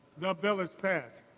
the bill is passed.